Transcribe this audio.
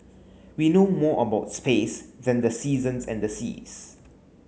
we know more about space than the seasons and the seas